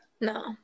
no